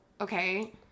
okay